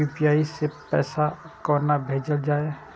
UPI सै पैसा कोना भैजल जाय?